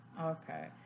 Okay